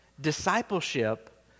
Discipleship